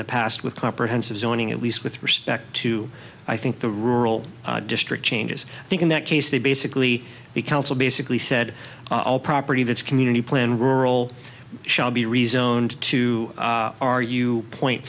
the past with comprehensive zoning at least with respect to i think the rural district changes i think in that case they basically be council basically said all property that's community plan rural shall be rezoned two are you point